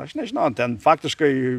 aš nežinau ten faktiškai